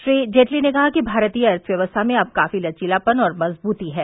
श्री जेटली ने कहा कि भारतीय अर्थव्यवस्था में अब काफी लचीलापन और मजबूती है